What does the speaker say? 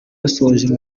basoje